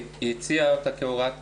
היא הציעה אותה כהוראה קבועה.